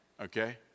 okay